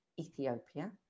Ethiopia